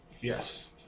Yes